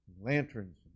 lanterns